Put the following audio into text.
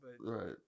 Right